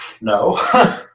No